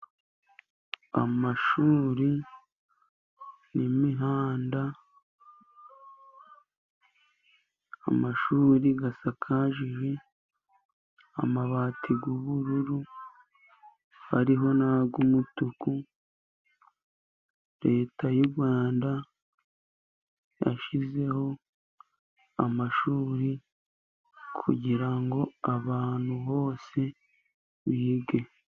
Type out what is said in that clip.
Amashuri n'imihanda， amashuri asakaje amabati y'ubururu，hariho n'ay'umutuku. Leta y'u Rwanda yashyizeho amashuri， kugira ngo abantu bose bige.